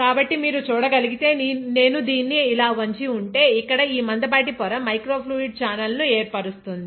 కాబట్టి మీరు చూడగలిగితే నేను దీన్ని ఇలా వంచి ఉంటే ఇక్కడ ఈ మందపాటి పొర మైక్రో ఫ్లూయిడ్ ఛానెల్ ను ఏర్పరుస్తుంది